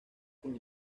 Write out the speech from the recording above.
con